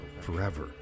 forever